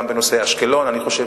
גם בנושא אשקלון אני חושב